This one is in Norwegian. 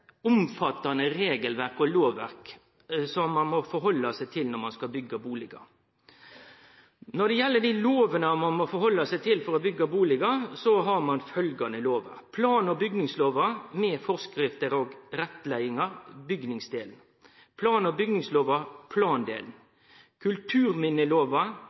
omfattande regelverk og lovverk som ein må rette seg etter når ein byggjer bustader. Ein har desse lovene å rette seg etter når ein skal byggje bustad: plan- og bygningslova med forskrifter og rettleiingar – bygningsdelen – plan- og bygningslova – plandelen – kulturminnelova,